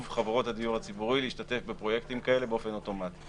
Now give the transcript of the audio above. חברות הדיור הציבורי להשתתף בפרויקטים כאלה באופן אוטומטי.